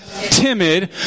timid